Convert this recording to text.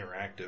interactive